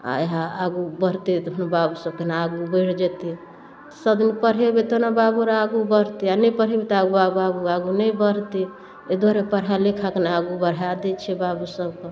आओर इएह आगू बढ़तै तऽ बाबूसब कोना आगू बढ़ि जेतै तऽ सबदिन पढ़ेबै तब ने बाबू आओर आगू बढ़तै आओर नहि पढ़ेबै तऽ बाबू आगू नहि बढ़तै ओहि दुआरे पढ़ा लिखाकऽ ने आगू बढ़ा दै छिए बाबूसबके